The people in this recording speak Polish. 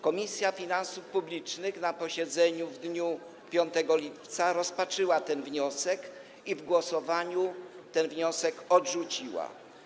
Komisja Finansów Publicznych na posiedzeniu w dniu 5 lipca rozpatrzyła ten wniosek i w głosowaniu go odrzuciła.